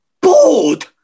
Bored